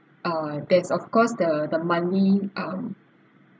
uh there's of course the the monthly um